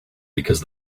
because